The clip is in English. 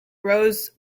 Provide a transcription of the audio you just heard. rows